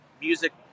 music